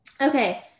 Okay